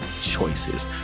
choices